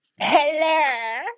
hello